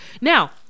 Now